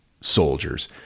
soldiers